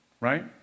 right